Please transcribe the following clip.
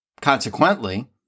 Consequently